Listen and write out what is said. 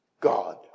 God